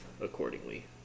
accordingly